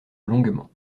longuement